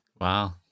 Wow